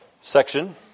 section